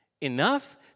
Enough